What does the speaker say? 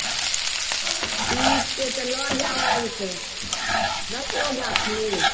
ठीक छै तऽ लऽ जाएब आबि कऽ दश गो गाछ लेब